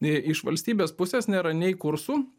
iš valstybės pusės nėra nei kursų